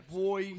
boy